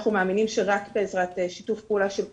אנחנו מאמינים שרק בעזרת שיתוף פעולה של כולם,